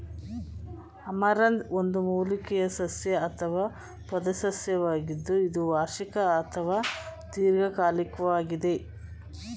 amaranth ಒಂದು ಮೂಲಿಕೆಯ ಸಸ್ಯ ಅಥವಾ ಪೊದೆಸಸ್ಯವಾಗಿದ್ದು ಇದು ವಾರ್ಷಿಕ ಅಥವಾ ದೀರ್ಘಕಾಲಿಕ್ವಾಗಿದೆ